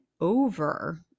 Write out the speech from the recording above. over